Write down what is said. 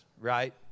right